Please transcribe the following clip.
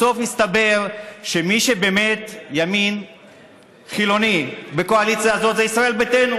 בסוף מסתבר שמי שהוא באמת ימין חילוני בקואליציה הזאת זה ישראל ביתנו,